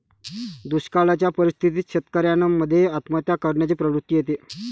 दुष्काळयाच्या परिस्थितीत शेतकऱ्यान मध्ये आत्महत्या करण्याची प्रवृत्ति येते